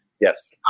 yes